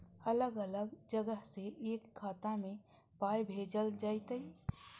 अलग अलग जगह से एक खाता मे पाय भैजल जेततै?